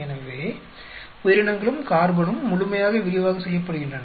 எனவே உயிரினங்களும் கார்பனும் முழுமையாக விரிவாக செய்யப்படுகின்றன